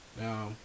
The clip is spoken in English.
Now